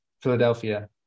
Philadelphia